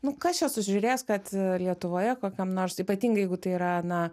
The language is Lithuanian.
nu kas čia sužiūrės kad lietuvoje kokiam nors ypatingai jeigu tai yra na